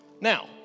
Now